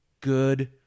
good